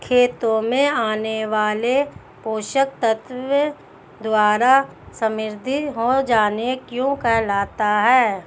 खेतों में आने वाले पोषक तत्वों द्वारा समृद्धि हो जाना क्या कहलाता है?